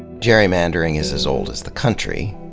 gerrymandering is as old as the country.